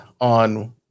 on